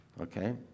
Okay